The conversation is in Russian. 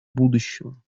будущего